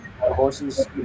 horses